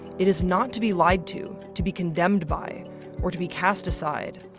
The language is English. it is not to be lied to, to be condemned by, or to be cast aside.